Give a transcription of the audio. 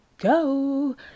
go